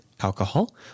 alcohol